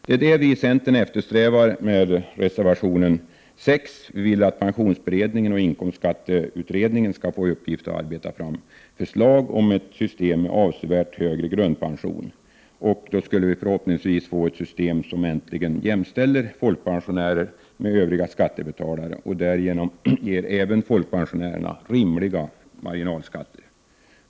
Det är detta vi i centern eftersträvar med vår reservation 6. Vi vill att pensionsberedningen och inkomstskatteutredningen skall få i uppgift att arbeta fram förslag om ett system med avsevärt högre grundpension. Då skulle vi förhoppningsvis få ett system enligt vilket folkpensionärer äntligen jämställs med övriga skattebetalare och får rimliga marginalskatter.